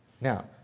Now